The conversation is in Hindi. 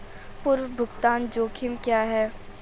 पूर्व भुगतान जोखिम क्या हैं?